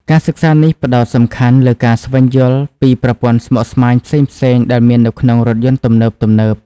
ការសិក្សានេះផ្តោតសំខាន់លើការស្វែងយល់ពីប្រព័ន្ធស្មុគស្មាញផ្សេងៗដែលមាននៅក្នុងរថយន្តទំនើបៗ។